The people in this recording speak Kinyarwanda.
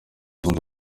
zunze